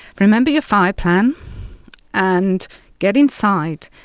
remember your fire plan and get inside.